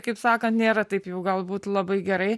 kaip sakant nėra taip jau galbūt labai gerai